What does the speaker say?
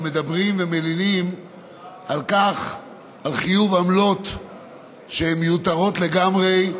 ומדברים ומלינים על חיוב עמלות שהן מיותרות לגמרי,